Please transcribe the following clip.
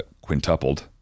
quintupled